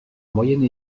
moyenne